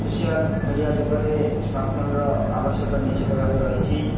social media ଯୁଗରେ ସ୍ମାର୍ଟଫୋନ୍ର ଆବଶ୍ୟକ ନିଶ୍ଚିତ ଭାବେ ରହିଛି